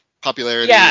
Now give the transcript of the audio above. popularity